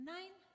Nine